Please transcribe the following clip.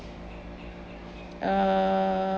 err